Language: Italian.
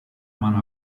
mano